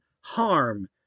harm